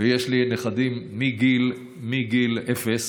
יש לי נכדים מגיל אפס.